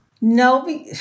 No